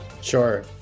Sure